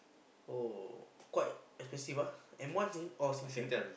oh quite expensive ah M-one Sing~ or Singtel